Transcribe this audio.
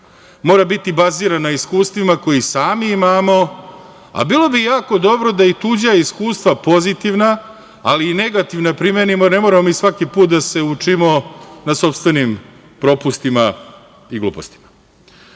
mora biti baziran na iskustvima koja sami imamo, a bilo bi jako dobro da i tuđa iskustva, pozitivna, ali i negativna, primenimo, jer ne moramo mi svaki put da se učimo na sopstvenim propustima i glupostima. Građani